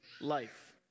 life